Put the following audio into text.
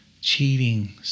cheating